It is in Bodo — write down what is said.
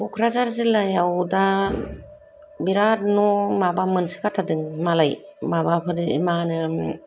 कक्राझार जिल्लायाव दा बिरात न' माबा मोनसो गारथारदों मालाय माबाफोर मा होनो